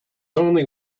only